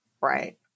Right